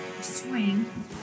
swing